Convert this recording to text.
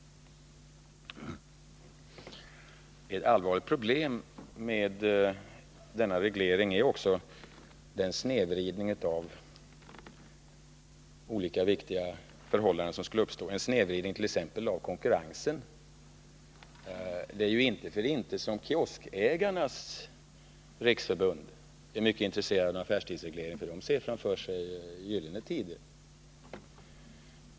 Ett allvarligt problem med denna reglering är också den snedvridning av olika viktiga förhållanden som skulle uppstå — en snedvridning t.ex. av konkurrensen. Det är ju inte för inte som Riksförbundet Kiosk & gatukök är mycket intresserat av en affärstidsreglering, för kioskägarna ser framför sig gyllene tider.